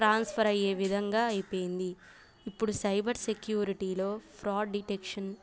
transfer అయ్యే విధంగా అయిపోయింది ఇప్పుడు సైబర్ సెక్యూరిటీలో ఫ్రాడ్ డిటెక్షన్